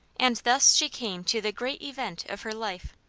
and thus she came to the great event of her life.